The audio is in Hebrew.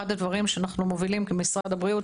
אחד הדברים שאנחנו מובילים במשרד הבריאות